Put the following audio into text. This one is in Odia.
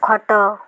ଖଟ